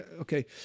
Okay